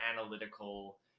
analytical